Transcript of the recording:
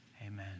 Amen